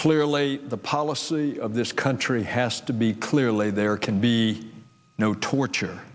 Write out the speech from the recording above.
clearly the policy of this country has to be clearly there can be no torture